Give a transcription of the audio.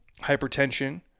hypertension